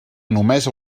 només